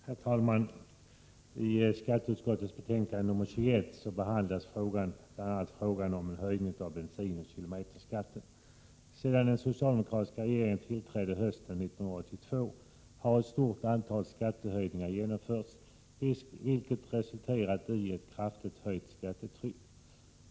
Herr talman! I skatteutskottets betänkande nr 21 behandlas bl.a. frågan om höjning av bensinoch kilometerskatten. Sedan den socialdemokratiska regeringen tillträdde hösten 1982 har ett stort antal skattehöjningar genomförts, vilket resulterat i ett kraftigt höjt skattetryck.